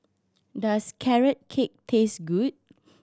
does Carrot Cake taste good